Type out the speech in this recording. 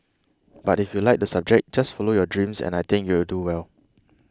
but if you like the subject just follow your dreams and I think you'll do well